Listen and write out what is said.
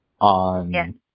on